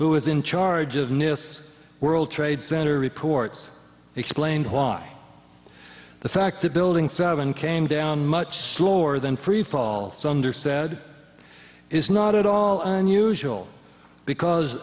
who is in charge of nearest world trade center reports explained why the fact the building seven came down much slower than freefall under sad is not at all unusual because